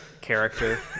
character